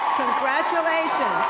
congratulations.